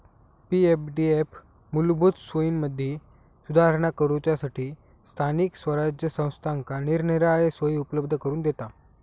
पी.एफडीएफ मूलभूत सोयींमदी सुधारणा करूच्यासठी स्थानिक स्वराज्य संस्थांका निरनिराळे सोयी उपलब्ध करून दिता